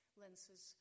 lenses